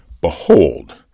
behold